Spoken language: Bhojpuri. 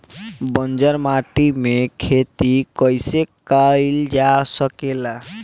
बंजर माटी में खेती कईसे कईल जा सकेला?